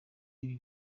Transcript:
ibi